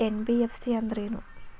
NBFC ಅಂದ್ರೇನು?